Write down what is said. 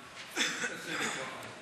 סירוב),